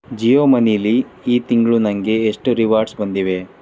ಜಿಯೋ ಮನಿಯಲ್ಲಿ ಈ ತಿಂಗಳು ನನಗೆ ಎಷ್ಟು ರಿವಾರ್ಡ್ಸ್ ಬಂದಿವೆ